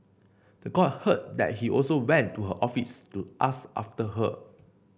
the court heard that he also went to her office to ask after her